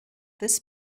this